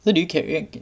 then did you